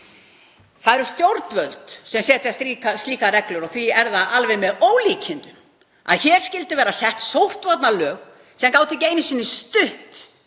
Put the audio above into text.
Það eru stjórnvöld sem setja slíkar reglur og því er það alveg með ólíkindum að hér skyldu vera sett sóttvarnalög sem gátu ekki einu sinni stutt